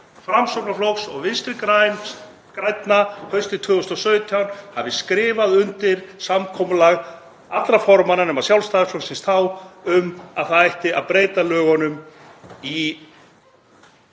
Framsóknarflokks og Vinstri grænna haustið 2017 hafi skrifað undir samkomulag allra formanna nema Sjálfstæðisflokksins þá um að það ætti að breyta lögunum